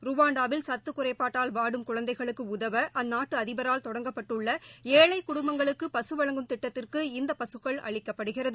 ருவாண்டாவில் சத்து குறைபாட்டால் வாடும் குழந்தைகளுக்கு உதவ அந்த நாட்டு அதிபரால் தொடங்கப்பட்டுள்ள ஏழை குடும்பங்களுக்கு பசு வழங்கும் திட்டத்திற்கு இந்த பசுக்கள் அளிக்கப்படுகிறது